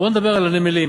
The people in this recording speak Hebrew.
בואו נדבר על הנמלים,